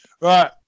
Right